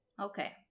Okay